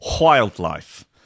wildlife